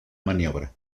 maniobra